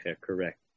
Correct